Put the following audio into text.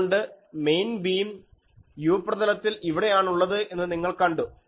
അതുകൊണ്ട് main beam u പ്രതലത്തിൽ ഇവിടെ ആണുള്ളത് എന്ന് നിങ്ങൾ കണ്ടു